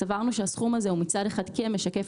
סברנו שהסכום הזה הוא מצד אחד כן משקף